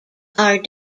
are